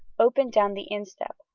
open down the instep,